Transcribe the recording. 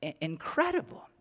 incredible